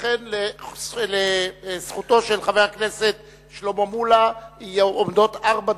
לכן לזכותו של חבר הכנסת שלמה מולה עומדות ארבע דקות,